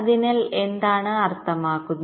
അതിനാൽ എന്താണ് അർത്ഥമാക്കുന്നത്